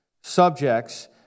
subjects